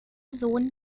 sohn